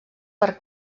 per